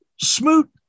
Smoot